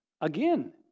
Again